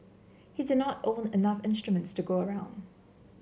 he did not own enough instruments to go around